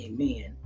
Amen